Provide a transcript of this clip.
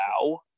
WoW